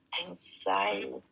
anxiety